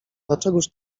dlaczegóż